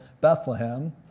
Bethlehem